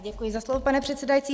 Děkuji za slovo, pane předsedající.